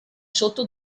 sotto